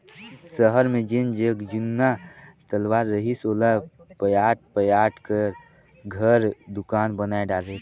सहर मे जेन जग जुन्ना तलवा रहिस ओला पयाट पयाट क घर, दुकान बनाय डारे थे